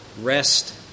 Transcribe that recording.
rest